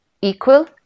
equal